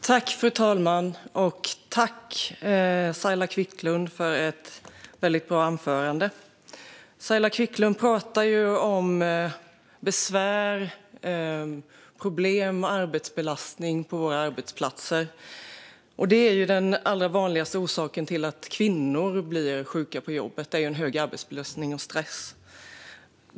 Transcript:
Fru talman! Tack, Saila Quicklund, för ett väldigt bra anförande! Saila Quicklund talar om besvär, problem och arbetsbelastning på arbetsplatser. Den allra vanligaste orsaken till att kvinnor blir sjuka på jobbet är hög arbetsbelastning och stress.